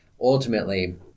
Ultimately